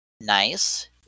nice